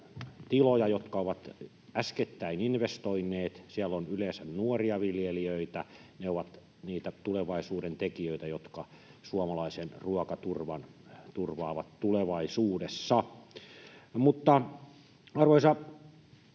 jotka ovat äskettäin investoineet, ja siellä on yleensä nuoria viljelijöitä, jotka ovat niitä tulevaisuuden tekijöitä, jotka suomalaisen ruokaturvan turvaavat tulevaisuudessa. Mutta, arvoisa puhemies,